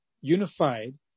unified